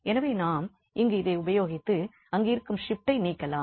எனவே நாம் இங்கு இதை உபயோகித்து அங்கு இருக்கும் ஷிப்ட்டை நீக்கலாம்